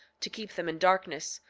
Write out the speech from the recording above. to keep them in darkness,